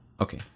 Okay